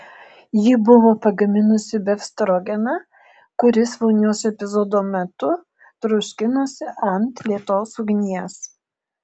ji buvo pagaminusi befstrogeną kuris vonios epizodo metu troškinosi ant lėtos ugnies